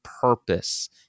purpose